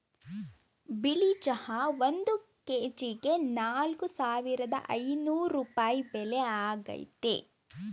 ಬಿಳಿ ಚಹಾ ಒಂದ್ ಕೆಜಿಗೆ ನಾಲ್ಕ್ ಸಾವಿರದ ಐನೂರ್ ರೂಪಾಯಿ ಬೆಲೆ ಆಗೈತೆ